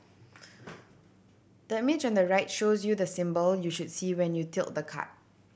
the mage on the right shows you the symbol you should see when you tilt the card